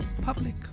public